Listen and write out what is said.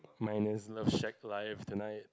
mine is no shag life tonight